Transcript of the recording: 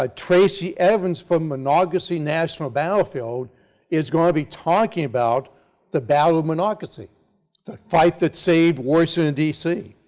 ah tracy evens from monocacy national battlefield is going to be talking about the battle of monocacy the fight that saved washington, d